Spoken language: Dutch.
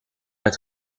het